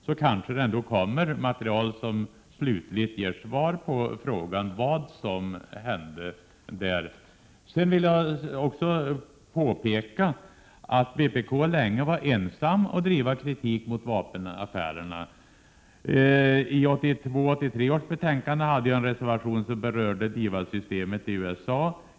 Det kanske ändå kommer material som slutligt ger svar på frågan vad som har hänt där. Jag vill också påpeka att vpk länge var ensamt om att driva kritik mot vapenaffärerna. I 1982/83 års betänkande hade jag en reservation som berörde DIVAD-systemet i USA.